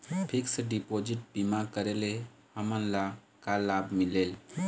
Fix deposit बीमा करे ले हमनला का लाभ मिलेल?